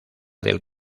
del